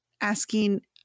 asking